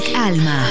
Alma